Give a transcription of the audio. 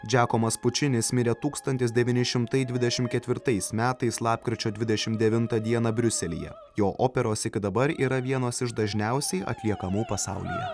džekomas pučinis mirė tūkstantis devyni šimtai dvidešim ketvirtais metais lapkričio dvidešim devintą dieną briuselyje jo operos iki dabar yra vienos iš dažniausiai atliekamų pasaulyje